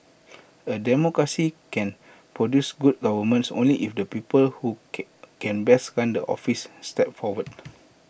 A democracy can produce good governance only if the people who can can best run the office step forward